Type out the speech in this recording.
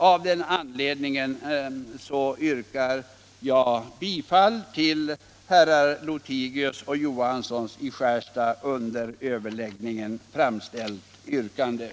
Av den anledningen yrkar jag bifall till herrar Lothigius och Johanssons i Skärstad under överläggningen framställda yrkanden.